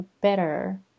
better